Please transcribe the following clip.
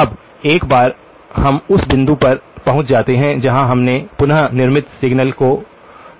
अब एक बार हम उस बिंदु पर पहुंच जाते हैं जहां हमने पुन निर्मित सिग्नल को